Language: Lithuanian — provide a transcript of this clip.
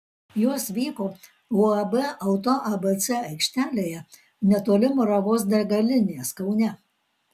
jos vyko uab auto abc aikštelėje netoli muravos degalinės kaune